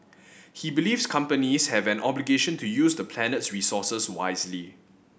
he believes companies have an obligation to use the planet's resources wisely